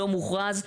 לא מוכרז.